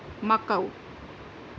Macau